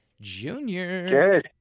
Junior